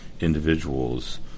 individuals